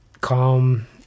calm